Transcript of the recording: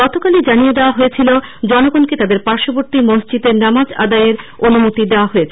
গতকালই জানিয়ে দেওয়া হয়েছিল জনগনকে তাদের পাশ্ববর্তী মসজিদে নামাজ আদায়ের অনুমতি দেওয়া হয়েছে